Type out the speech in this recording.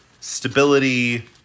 stability